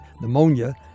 pneumonia